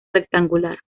rectangular